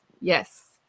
Yes